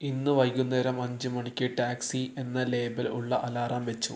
ഇന്ന് വൈകുന്നേരം അഞ്ച് മണിക്ക് ടാക്സി എന്ന ലേബൽ ഉള്ള അലാറം വെച്ചു